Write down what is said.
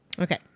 Okay